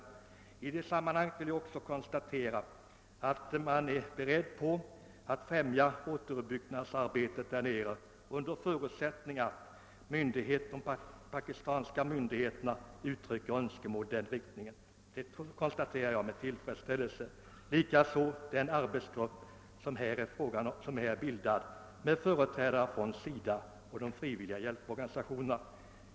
Jag vill också i sammanhanget konstatera att man är beredd att främja återuppbyggnadsarbetet i Pakistan, under förutsättning att de pakistanska myndigheterna uttrycker önskemål härom. Jag konstaterar detta med tillfredsställelse, liksom att en arbetsgrupp bildats med företrädare för SIDA och frivilliga hjälporganisationer.